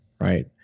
right